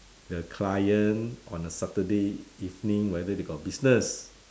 the client on a saturday evening whether they got business